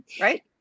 right